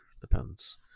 depends